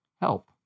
Help